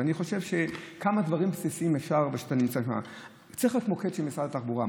ואני חושב שאפשר כמה דברים בסיסיים: צריך להיות מוקד של משרד התחבורה,